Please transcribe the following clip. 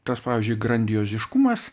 tas pavyzdžiui grandioziškumas